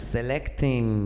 Selecting